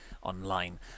online